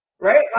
Right